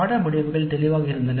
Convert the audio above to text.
பாடநெறி முடிவுகள் தெளிவாக இருந்தன